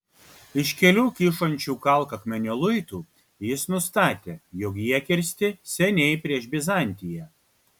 iš kelių kyšančių kalkakmenio luitų jis nustatė jog jie kirsti seniai prieš bizantiją